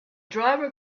driver